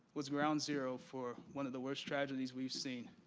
was ground zero for one of the worst tragedies we've seen.